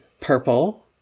Purple